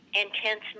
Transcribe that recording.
intense